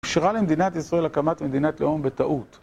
משאירה למדינת ישראל הקמת מדינת לאום בטעות.